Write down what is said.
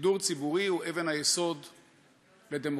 שידור ציבורי הוא אבן היסוד לדמוקרטיה,